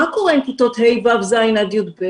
מה קורה עם כיתות ה', ו', ז' ועד י"ב?